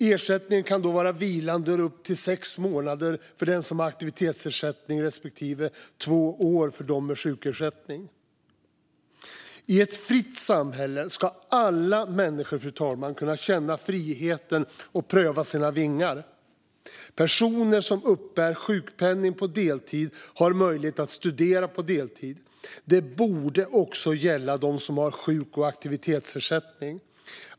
Ersättningen kan då vara vilande upp till sex månader för dem som har aktivitetsersättning och två år för dem som har sjukersättning. Fru talman! I ett fritt samhälle ska alla människor kunna känna friheten att pröva sina vingar. Personer som uppbär sjukpenning på deltid har möjlighet att studera på deltid. Det borde också gälla dem som har sjuk eller aktivitetsersättning.